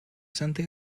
santa